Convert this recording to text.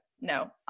no